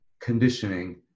conditioning